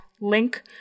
link